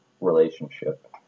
relationship